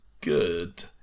good